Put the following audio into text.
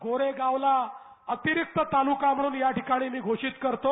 गोरेगावला अतिरिक्त तालुका म्हणून याठिकाणी मी घोषित करतो